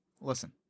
Listen